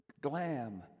glam